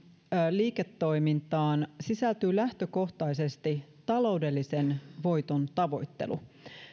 liiketoimintaan sisältyy lähtökohtaisesti taloudellisen voiton tavoittelu